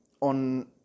on